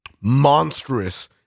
monstrous